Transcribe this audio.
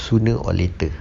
sooner or later